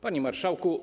Panie Marszałku!